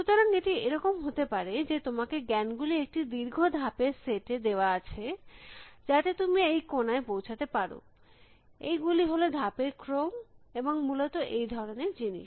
সুতরাং এটি এরকম হতে পারে যে তোমাকে জ্ঞান গুলি একটি দীর্ঘ ধাপের সেট এ দেওয়া আছে যাতে তুমি এই কোনায় পৌছাতে পারো এই গুলি হল ধাপের ক্রম এবং মূলত এই ধরনের জিনিস